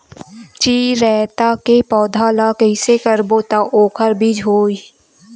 चिरैता के पौधा ल कइसे करबो त ओखर बीज होई?